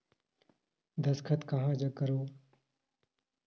दस्खत कहा जग करो?